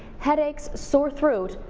headaches, sore throat,